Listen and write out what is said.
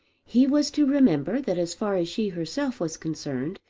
he was to remember that as far as she herself was concerned,